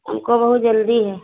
हमको बहुत जल्दी है